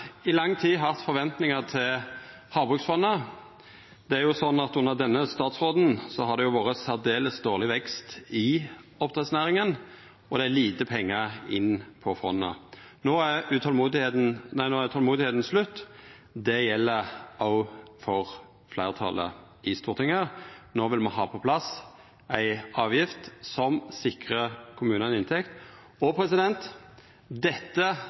i lang tid hatt forventningar til havbruksfondet. Under denne statsråden har det vore særdeles dårleg vekst i oppdrettsnæringa, og det er kome lite pengar inn på fondet. No er tålmodet slutt. Det gjeld òg for fleirtalet i Stortinget. No vil me ha på plass ei avgift som sikrar kommunane inntekt, og dette